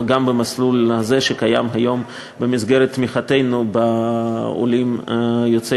גם במסלול הזה שקיים היום במסגרת תמיכתנו בעולים יוצאי